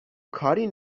کاری